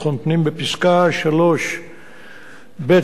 בפסקה (3)(ב)(2),